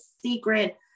secret